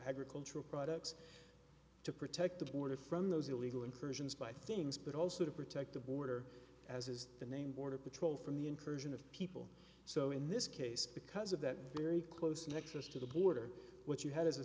agricultural products to protect the border from those illegal incursions by things but also to protect the border as is the name border patrol from the incursion of people so in this case because of that very close nexus to the border what you have is a